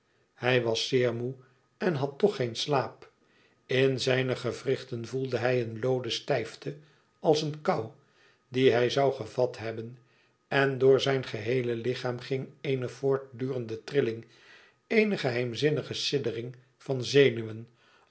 hij was zeer moê en had toch geen slaap in zijne gewrichten voelde hij eene looden stijfte als een koû die hij zoû gevat hebben en door zijn geheele lichaam ging eene voortdurende trilling eene geheimzinnige siddering van zenuwen